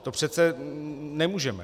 To přece nemůžeme.